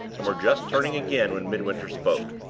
and were just turning again when midwinter spoke.